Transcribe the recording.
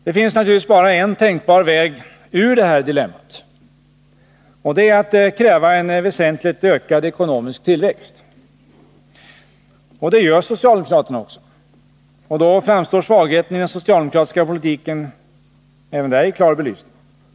Det finns naturligtvis bara en tänkbar väg ut ur detta dilemma, och det är att kräva en väsentligt ökad ekonomisk tillväxt. Det gör socialdemokraterna också. Och då framstår svagheten i den socialdemokratiska politiken även däri klar belysning.